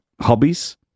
hobbies